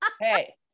hey